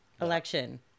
election